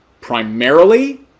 primarily